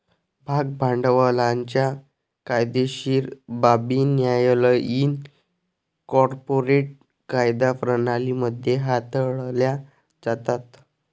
भाग भांडवलाच्या कायदेशीर बाबी न्यायालयीन कॉर्पोरेट कायदा प्रणाली मध्ये हाताळल्या जातात